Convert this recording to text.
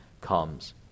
comes